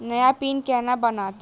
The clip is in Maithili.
नया पिन केना बनत?